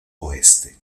oeste